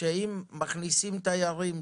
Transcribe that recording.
שאם מכניסים תיירים --- מיכאל,